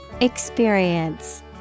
Experience